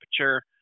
temperature